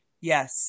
Yes